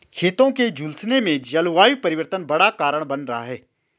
खेतों के झुलसने में जलवायु परिवर्तन बड़ा कारण बन रहा है